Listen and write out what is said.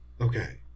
okay